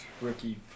Rookie